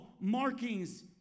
markings